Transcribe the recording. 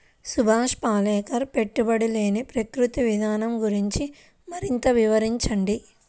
సుభాష్ పాలేకర్ పెట్టుబడి లేని ప్రకృతి విధానం గురించి మరింత వివరించండి